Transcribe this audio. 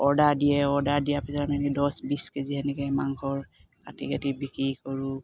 order দিয়ে order দিয়া পিছত সেনেকৈ দহ বিছ কেজি সেনেকৈ মাংস কাটি কাটি বিক্ৰী কৰোঁ